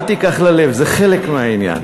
אל תיקח ללב, זה חלק מהעניין.